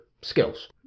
skills